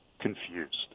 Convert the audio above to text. confused